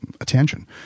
attention